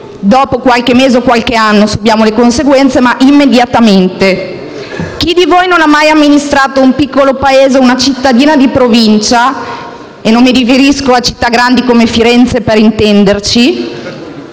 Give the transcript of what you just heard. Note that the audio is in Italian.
dopo qualche mese o qualche anno subiamo le conseguenze, ma immediatamente. Chi di voi non ha mai amministrato un piccolo paese, una cittadina di provincia - non mi riferisco a città grandi come Firenze, per intenderci